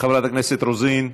חברת הכנסת רוזין,